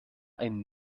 einen